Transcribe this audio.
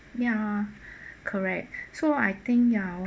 ya correct so I think ya